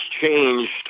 changed